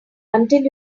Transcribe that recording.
until